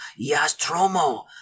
Yastromo